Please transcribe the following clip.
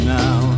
now